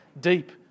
Deep